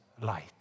light